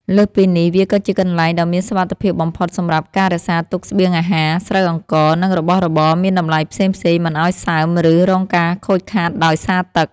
លើសពីនេះ វាក៏ជាកន្លែងដ៏មានសុវត្ថិភាពបំផុតសម្រាប់ការរក្សាទុកស្បៀងអាហារ ស្រូវអង្ករ និងរបស់របរមានតម្លៃផ្សេងៗមិនឱ្យសើម ឬរងការខូចខាតដោយសារទឹក។